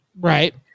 right